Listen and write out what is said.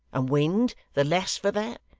and wind, the less for that?